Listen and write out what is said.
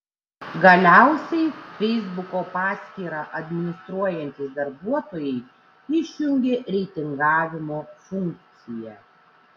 galiausiai feisbuko paskyrą administruojantys darbuotojai išjungė reitingavimo funkciją